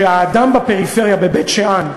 שהאדם בפריפריה, בבית-שאן,